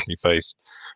face